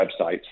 websites